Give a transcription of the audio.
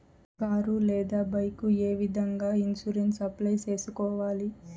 car లేదా bike ఏ విధంగా ఇన్సూరెన్సు అప్లై సేసుకోవాలి